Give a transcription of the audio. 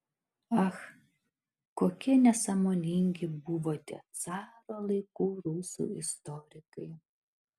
ach kokie nesąmoningi buvo tie caro laikų rusų istorikai